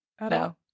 No